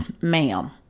ma'am